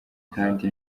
kandi